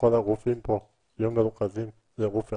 הרופאים פה יהיו מרוכזים בגוף אחד.